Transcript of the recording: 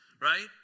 right